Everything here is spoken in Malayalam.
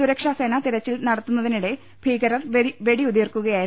സുരക്ഷാസേന തിരച്ചിൽ നടത്തുന്നതിനിടെ ഭീകരർ വെടിയുതിർക്കുകയായിരുന്നു